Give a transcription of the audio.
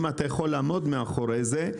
אם אתה יכול לעמוד מאחורי זה,